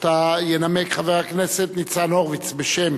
שאותה ינמק חבר הכנסת ניצן הורוביץ בשם